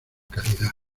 calidad